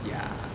ya